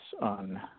on